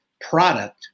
product